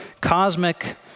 cosmic